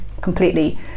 completely